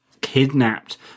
kidnapped